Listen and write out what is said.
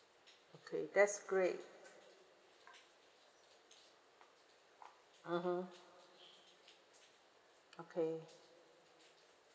okay that's great (uh huh) okay